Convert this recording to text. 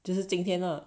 就是今天 lah